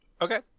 Okay